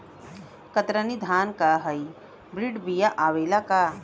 कतरनी धान क hybrid बिया आवेला का?